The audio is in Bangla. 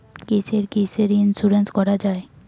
কিসের কিসের ইন্সুরেন্স করা যায়?